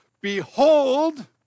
behold